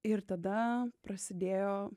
ir tada prasidėjo